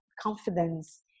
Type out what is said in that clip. confidence